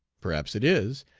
perhaps it is,